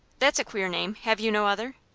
that's a queer name have you no other?